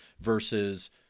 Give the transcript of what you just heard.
versus